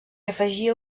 afegia